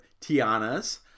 Tiana's